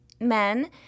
Men